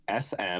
sm